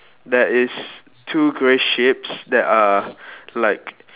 there is two grey sheeps that are like